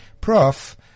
Prof